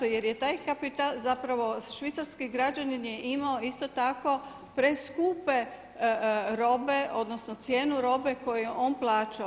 Zato jer je taj kapital, zapravo švicarski građanin je imao isto tako preskupe robe, odnosno cijenu robe koju je on plaćao.